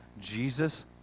Jesus